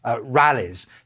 rallies